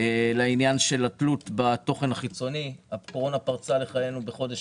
לעניין התלות בתוכן החיצוני הקורונה פרצה לחיינו בחודש